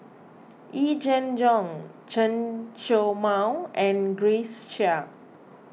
Yee Jenn Jong Chen Show Mao and Grace Chia